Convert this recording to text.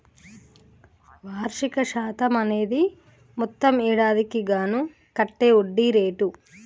వార్షిక శాతం అనేది మొత్తం ఏడాదికి గాను కట్టే వడ్డీ రేటు